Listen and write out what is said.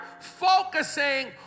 focusing